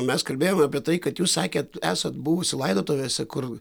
mes kalbėjome apie tai kad jūs sakėt esat buvusi laidotuvėse kur